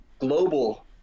global